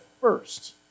first